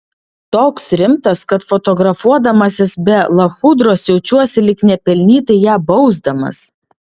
toks rimtas kad fotografuodamasis be lachudros jaučiuosi lyg nepelnytai ją bausdamas